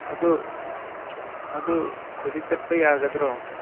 ꯑꯗꯨ ꯑꯗꯨ ꯍꯧꯖꯤꯛ ꯆꯠꯄ ꯌꯥꯒꯗ꯭ꯔꯣ